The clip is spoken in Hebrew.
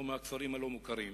לא מהכפרים הלא-מוכרים,